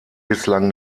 bislang